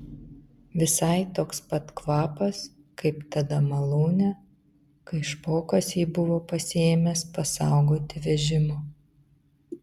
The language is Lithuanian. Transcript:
visai toks pat kvapas kaip tada malūne kai špokas jį buvo pasiėmęs pasaugoti vežimo